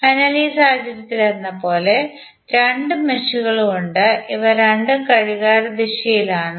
അതിനാൽ ഈ സാഹചര്യത്തിലെന്നപോലെ രണ്ട് മെഷുകളും ഉണ്ട് ഇവ രണ്ടും ഘടികാരദിശയിൽ ആണ്